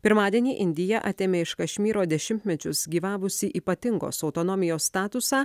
pirmadienį indija atėmė iš kašmyro dešimtmečius gyvavusį ypatingos autonomijos statusą